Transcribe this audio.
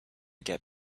get